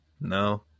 no